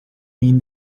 mean